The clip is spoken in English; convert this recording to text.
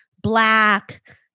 black